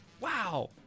Wow